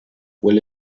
will